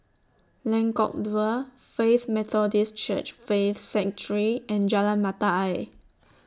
Lengkok Dua Faith Methodist Church Faith Sanctuary and Jalan Mata Ayer